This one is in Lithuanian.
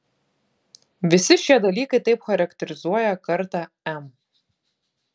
visi šie dalykai taip charakterizuoja kartą m